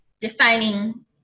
defining